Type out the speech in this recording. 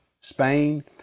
Spain